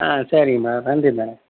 ஆ சரிங்க மேம் நன்றிங்க